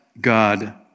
God